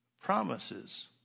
Promises